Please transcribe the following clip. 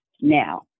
now